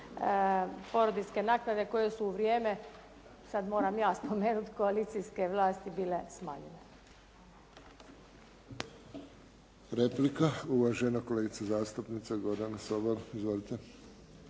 porodiljske naknade koje su u vrijeme, sad moram ja spomenuti, koalicijske vlasti bile smanjene.